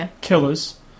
killers